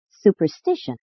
superstition